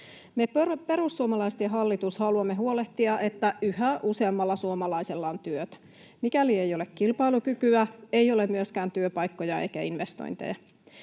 Me perussuomalaiset ja hallitus haluamme huolehtia, että yhä useammalla suomalaisella on työtä. Mikäli ei ole kilpailukykyä, ei ole myöskään työpaikkoja eikä investointeja.